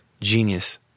Genius